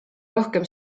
rohkem